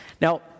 Now